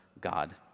God